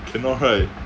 cannot right